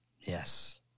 Yes